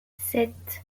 sept